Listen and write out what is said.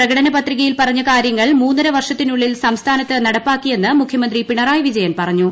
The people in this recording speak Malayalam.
പ്രകടന പത്രികയിൽ പറഞ്ഞ ക്കാര്യങ്ങൾ മൂന്നരവർഷത്തിനുള്ളിൽ സംസ്ഥാനത്ത നടപ്പാക്കീയ്ന്ന് മുഖ്യമന്ത്രി പിണറായി വിജയൻ പറഞ്ഞു